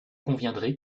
conviendrez